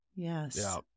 Yes